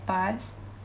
passed